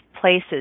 places